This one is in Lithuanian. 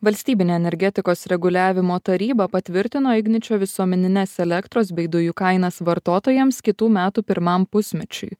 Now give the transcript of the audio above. valstybinė energetikos reguliavimo taryba patvirtino igničio visuomenines elektros bei dujų kainas vartotojams kitų metų pirmam pusmečiui